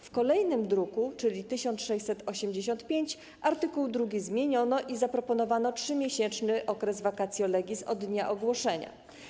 W kolejnym druku, czyli druku nr 1685, art. 2 zmieniono i zaproponowano 3-miesięczny okres vacatio legis od dnia ogłoszenia.